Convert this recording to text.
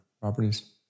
properties